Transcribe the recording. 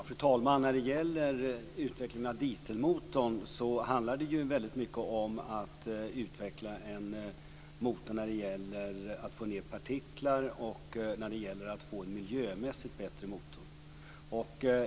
Fru talman! Det handlar när det gäller utveckling av dieselmotorn väldigt mycket om att utveckla en motor som gör att man får ned antalet partiklar och en miljömässigt bättre motor.